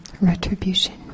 Retribution